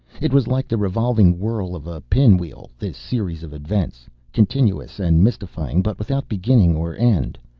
it was like the revolving whirl of a pinwheel, this series of events continuous and mystifying, but without beginning or end.